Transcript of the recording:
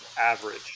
average